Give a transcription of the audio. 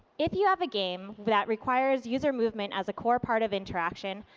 if you have a game that requires user movement as a core part of interaction,